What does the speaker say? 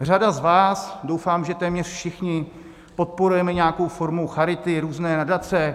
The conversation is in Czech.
Řada z vás, doufám, že téměř všichni, podporujeme nějakou formu charity, různé nadace.